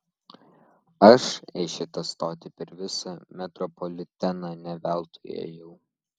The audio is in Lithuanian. aš į šitą stotį per visą metropoliteną ne veltui ėjau